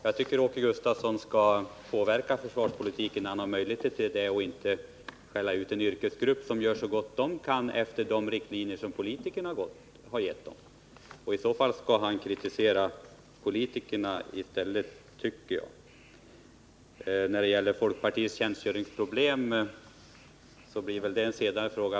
Jag tycker Åke Gustavsson skall påverka försvarspolitiken, när han nu har möjlighet till det, och inte skälla ut en yrkesgrupp som gör så gott den kan efter de riktlinjer som politikerna har gett den. I så fall tycker jag att han skall kritisera politikerna i stället. Folkpartiets tjänstgöringsproblem blir väl en senare fråga.